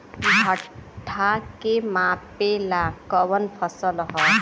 भूट्टा के मापे ला कवन फसल ह?